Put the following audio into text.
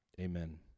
Amen